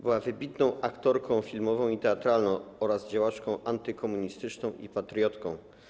Była wybitną aktorką filmową i teatralną oraz działaczką antykomunistyczną i patriotką.